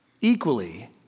equally